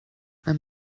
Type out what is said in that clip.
man